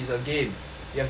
you have to be